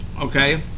okay